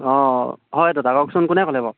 অঁ হয় দাদা কোকচোন কোনে ক'লে বাৰু